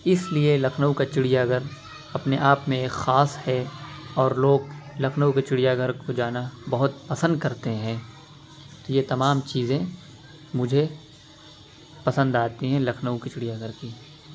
اس لیے لکھنؤ کا چڑیا گھر اپنے آپ میں ایک خاص ہے اور لوگ لکھنؤ کے چڑیا گھر کو جانا بہت پسند کرتے ہیں یہ تمام چیزیں مجھے پسند آتی ہیں لکھنؤ کے چڑیا گھر کی